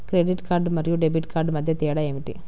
Credit card మరియు debit card మధ్య తేడా ఏమిటి?